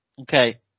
Okay